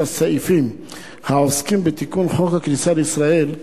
הסעיפים העוסקים בתיקון חוק הכניסה לישראל,